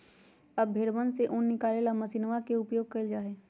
अब भेंड़वन से ऊन निकाले ला मशीनवा के उपयोग कइल जाहई